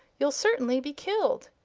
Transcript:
you'll certainly be killed.